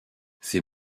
ces